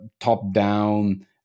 top-down